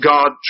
God